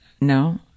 No